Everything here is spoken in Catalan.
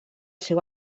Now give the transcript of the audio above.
seu